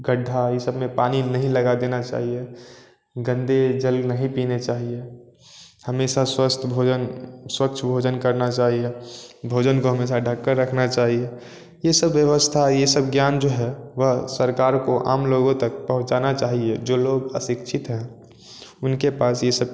गड्ढा ये सब में पानी नहीं लगा देना चाहिए गंदे जल नहीं पीने चाहिए हमेशा स्वस्थ भोजन स्वच्छ भोजन करना चाहिए भोजन को हमेशा ढक के रखना चाहिए ये सब व्यवस्था यह सब ज्ञान जो है वह सरकार को आम लोगों तक पहुंचाना चाहिए जो लोग अशिक्षित हैं उनके पास ये सब